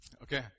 Okay